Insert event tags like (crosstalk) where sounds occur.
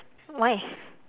why (laughs)